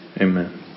Amen